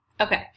Okay